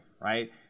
right